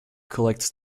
collects